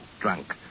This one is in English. drunk